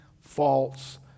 false